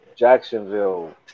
Jacksonville